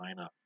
lineup